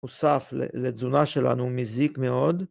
‫תוסף לתזונה שלנו מזיק מאוד.